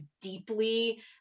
deeply